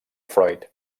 freud